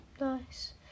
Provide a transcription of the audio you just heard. Nice